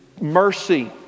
mercy